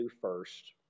first